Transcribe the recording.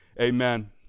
Amen